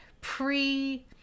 pre